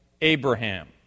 Abraham